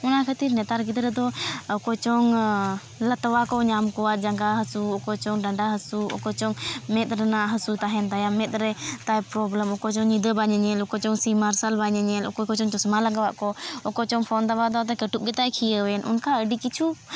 ᱚᱱᱟ ᱠᱷᱟᱹᱛᱤᱨ ᱱᱮᱛᱟᱨ ᱜᱤᱫᱽᱨᱟᱹ ᱫᱚ ᱚᱠᱚᱭ ᱪᱚᱝ ᱞᱟᱛᱣᱟ ᱠᱚ ᱧᱟᱢ ᱠᱚᱣᱟ ᱡᱟᱸᱜᱟ ᱦᱟᱹᱥᱩ ᱚᱠᱚᱭ ᱪᱚᱝ ᱰᱟᱱᱰᱟ ᱦᱟᱹᱥᱩ ᱚᱠᱚᱭ ᱪᱚᱝ ᱢᱮᱸᱫ ᱨᱮᱱᱟᱜ ᱦᱟᱹᱥᱩ ᱛᱟᱦᱮᱱ ᱛᱟᱭᱟ ᱢᱮᱸᱫ ᱨᱮᱛᱟᱭ ᱯᱨᱳᱵᱞᱮᱢ ᱚᱠᱚᱭ ᱪᱚᱝ ᱧᱤᱫᱟᱹ ᱵᱟᱭ ᱧᱮᱧᱮᱞ ᱚᱠᱚᱭ ᱪᱚᱝ ᱥᱤᱧᱼᱢᱟᱨᱥᱟᱞ ᱵᱟᱭ ᱧᱮᱧᱮᱞ ᱚᱠᱚᱭ ᱠᱚᱪᱚᱝ ᱪᱚᱥᱢᱟ ᱞᱟᱜᱟᱣ ᱟᱠᱚ ᱚᱠᱚᱭ ᱪᱚᱝ ᱯᱷᱳᱱ ᱫᱟᱵᱟᱣ ᱫᱟᱵᱟᱣᱛᱮ ᱠᱟᱹᱴᱩᱵ ᱜᱮᱛᱟᱭ ᱠᱷᱤᱭᱟᱹᱣᱮᱱ ᱚᱱᱠᱟ ᱟᱹᱰᱤ ᱠᱤᱪᱷᱩ